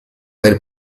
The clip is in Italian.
del